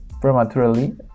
prematurely